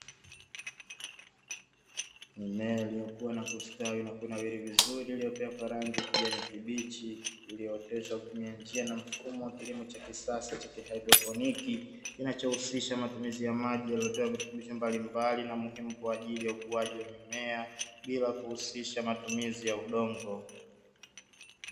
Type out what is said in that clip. Mimea iliyokuwa na kustawi na kunawiri vizuri iliyopea karangi kijana kibichi, ulioteshwa kutumia njia na mfumo wa kilimo cha kisasa cha kihaidroponiki, kinachohusisha matumizi ya maji yaliyo mbalimbali na muhimu, kwa ajili ya ukuaji wa mimea bila kuhusisha matumizi ya udongo.